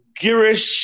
Girish